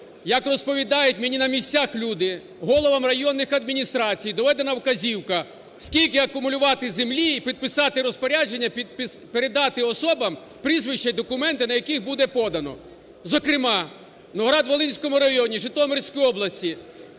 як розповідають мені на місцях люди, головам районних адміністрацій доведена вказівка, скільки акумулювати землі і підписати розпорядження, передати особам, прізвища і документи на яких буде подано. Зокрема, Новоград-Волинському районі Житомирської області